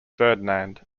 ferdinand